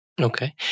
Okay